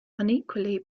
unequally